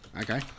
Okay